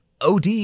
OD